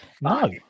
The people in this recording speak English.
no